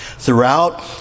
throughout